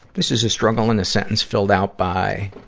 this is a struggle in a sentence filled out by,